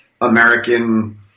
American